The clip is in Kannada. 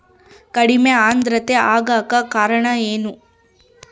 ಕಡಿಮೆ ಆಂದ್ರತೆ ಆಗಕ ಕಾರಣ ಏನು?